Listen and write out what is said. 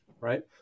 right